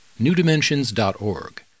newdimensions.org